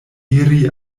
iri